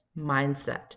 mindset